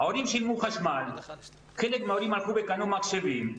ההורים שילמו חשמל, חלק מההורים הלכו וקנו מחשבים,